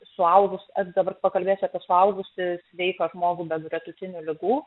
suaugus aš dabar pakalbėsiu apie suaugusį sveiką žmogų be gretutinių ligų